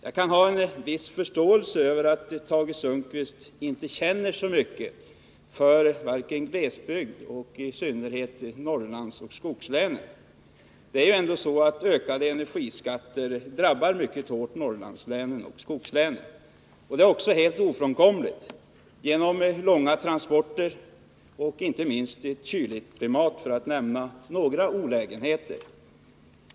Jag kan ha viss förståelse för att Tage Sundkvist inte känner så mycket för vare sig glesbygden eller i synnerhet Norrlandsoch skogslänen. Det är ju ändå så att höjningen av energiskatten mycket hårt drabbar Norrlandslänen och skogslänen. Det är ofrånkomligt på grund av de långa transporterna och inte minst på grund av det kyliga klimatet — för att nu nämna ett par olägenheter för dessa län.